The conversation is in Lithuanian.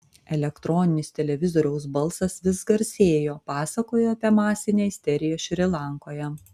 elektroninis televizoriaus balsas vis garsėjo pasakojo apie masinę isteriją šri lankoje